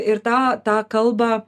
ir tą tą kalbą